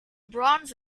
bronze